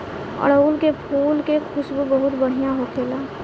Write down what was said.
अढ़ऊल के फुल के खुशबू बहुत बढ़िया होखेला